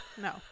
No